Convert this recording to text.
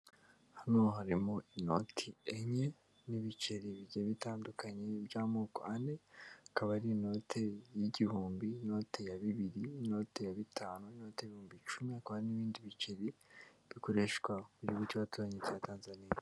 Hano harimo inoti enye n'ibiceri bigiye bitandukanye by'amoko ane, akaba ari inote y'igihumbi, inote ya bibiri, inote ya bitanu, n'inote y'ibihumbi icumi, hakaba n'ibindi biceri bikoreshwa mu gihugu cy'abaturanyi cya Tanzania.